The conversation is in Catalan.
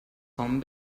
com